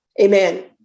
Amen